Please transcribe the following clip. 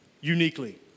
uniquely